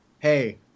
hey